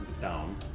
down